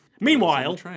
Meanwhile